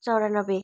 चौरानब्बे